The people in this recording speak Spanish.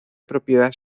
propiedad